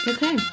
Okay